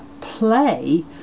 play